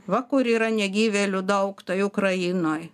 va kur yra negyvėlių daug tai ukrainoj